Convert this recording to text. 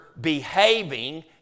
behaving